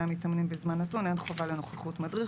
מתאמנים בזמן נתון אין חובה לנוכחות מדריך.